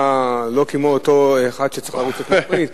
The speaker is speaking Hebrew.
לא כמו אותו אחד שצריך לרוץ אחרי המכונית.